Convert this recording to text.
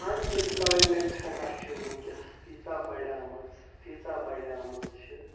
اَن اِمپٕلایمٮ۪نٹ ہَسا چھِ وٕنکٮ۪س تیٖژاہ بڑایمٕژ تیٖژاہ بَڑایمٕژ چھِ